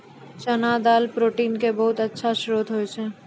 चना दाल प्रोटीन के बहुत अच्छा श्रोत होय छै